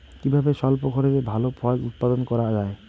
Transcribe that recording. কিভাবে স্বল্প খরচে ভালো ফল উৎপাদন করা যায়?